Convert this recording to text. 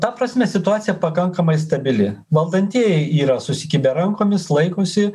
ta prasme situacija pakankamai stabili valdantieji yra susikibę rankomis laikosi